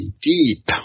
deep